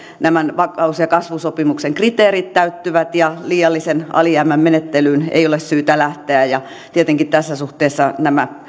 nämä vakaus ja kasvusopimuksen kriteerit täyttyvät ja liiallisen alijäämän menettelyyn ei ole syytä lähteä tietenkin tässä suhteessa nämä